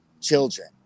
children